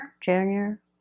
Junior